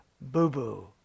boo-boo